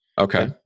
Okay